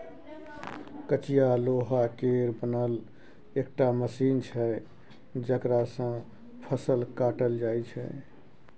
कचिया लोहा केर बनल एकटा मशीन छै जकरा सँ फसल काटल जाइ छै